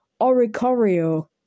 Oricorio